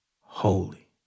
holy